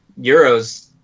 Euros